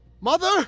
Mother